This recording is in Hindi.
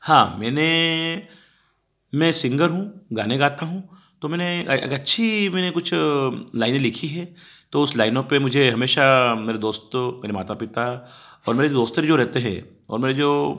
हाँ मैंने मैं सिंगर हूँ गाने गाता हूँ तो मैंने अच्छी मेंने कुछ लाइनें लिखी हैं तो उस लाइनों पर मुझे हमेशा मेरे दोस्तों मेरे माता पिता और मेरे दोस्त लोग जो रहते हैं और मेरे जो